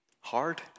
hard